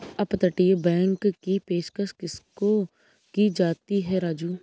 अपतटीय बैंक की पेशकश किसको की जाती है राजू?